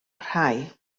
rhai